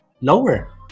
lower